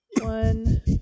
One